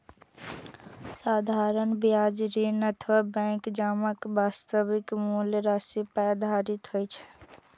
साधारण ब्याज ऋण अथवा बैंक जमाक वास्तविक मूल राशि पर आधारित होइ छै